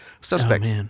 Suspects